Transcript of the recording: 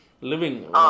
living